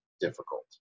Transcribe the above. difficult